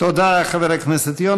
תודה, חבר הכנסת יונה.